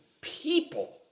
people